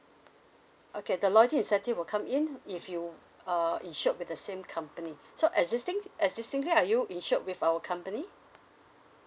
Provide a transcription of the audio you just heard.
okay the loyalty incentive will come in if you uh insured with the same company so existing are you insured with our company